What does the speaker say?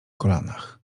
kolanach